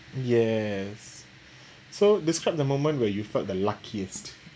yes so describe the moment where you felt the luckiest